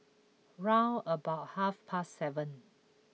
round about half past seven